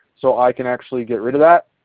so i can actually get rid of that.